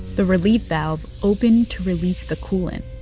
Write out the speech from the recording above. the relief valve opened to release the coolant.